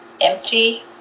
empty